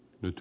nyt